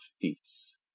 eats